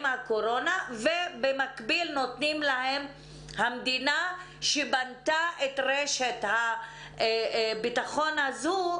הקורונה ובמקביל המדינה שבנתה את רשת הביטחון הזאת,